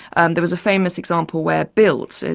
and there was a famous example where bild,